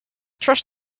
trust